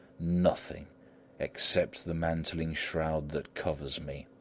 nothing except the mantling shroud that covers me!